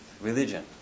religion